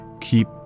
keep